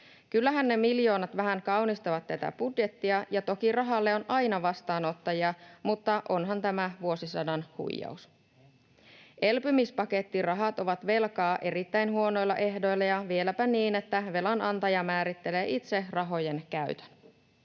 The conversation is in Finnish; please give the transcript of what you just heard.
Kyllähän ne miljoonat vähän kaunistavat tätä budjettia, ja toki rahalle on aina vastaanottajia, mutta onhan tämä vuosisadan huijaus. Elpymispakettirahat ovat velkaa erittäin huonoilla ehdoilla ja vieläpä niin, että velan antaja määrittelee itse rahojen käytön.